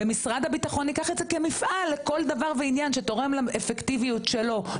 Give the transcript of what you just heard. ומשרד הביטחון ייקח את זה כמפעל לכל דבר ועניין שתורם לאפקטיביות שלו,